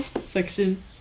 section